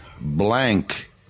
blank